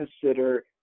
consider